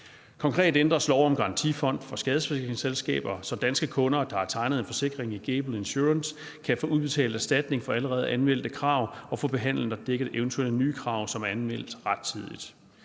Konkret ændres lov om en garantifond for skadesforsikringsselskaber, så danske kunder, der har tegnet en forsikring i Gable Insurance, kan få udbetalt erstatning for allerede anmeldte krav og få behandlet og dækket eventuelle nye krav, som er anmeldt rettidigt.